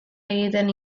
egiten